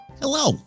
Hello